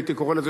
הייתי קורא לזה,